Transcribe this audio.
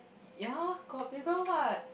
ya got playground what